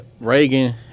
reagan